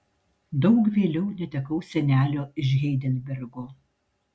daug vėliau netekau senelio iš heidelbergo